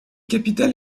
capital